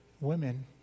women